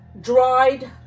dried